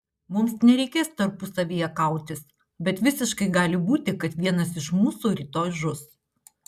mums nereikės tarpusavyje kautis bet visiškai gali būti kad vienas iš mūsų rytoj žus